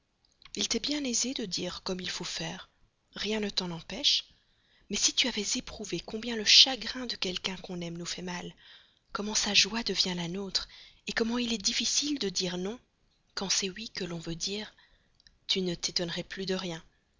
il t'est bien aisé de dire comme il faut faire rien ne t'en empêche mais si tu avais éprouvé combien le chagrin de quelqu'un qu'on aime nous fait mal comment sa joie devient la nôtre comme il est difficile de dire non quand c'est oui que l'on veut dire tu ne t'étonnerais plus de rien